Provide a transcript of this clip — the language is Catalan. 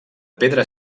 pedra